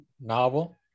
novel